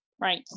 Right